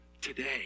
today